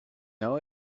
know